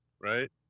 right